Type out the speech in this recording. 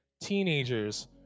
teenagers